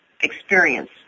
experience